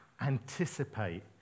anticipate